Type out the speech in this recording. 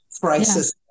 crisis